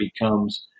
becomes